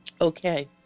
Okay